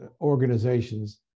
organizations